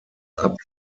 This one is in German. abt